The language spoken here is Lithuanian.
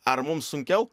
ar mum sunkiau